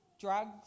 drugs